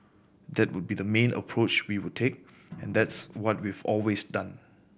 that would be the main approach we would take and that's what we've always done